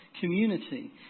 community